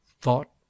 thought